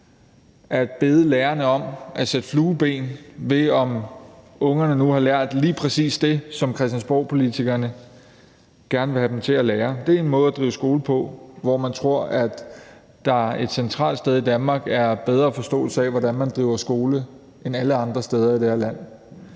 at bede lærerne om at sætte flueben ved, om ungerne nu har lært lige præcis det, som christiansborgpolitikerne gerne vil have dem til at lære. Det er en måde at drive skole på, hvor man tror, at der et centralt sted i Danmark er en bedre forståelse af, hvordan man driver skole, end alle andre steder i det her land.